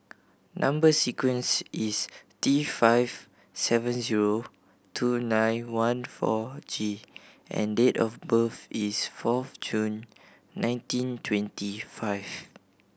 number sequence is T five seven zero two nine one four G and date of birth is four June nineteen twenty five